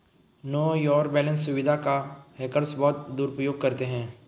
no your balance सुविधा का hackers बहुत दुरुपयोग करते हैं